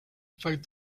fact